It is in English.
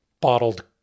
bottled